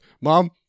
Mom